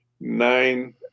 nine